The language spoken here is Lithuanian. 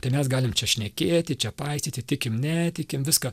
tai mes galim čia šnekėti čia paisyti tikim netikim viską